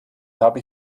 habe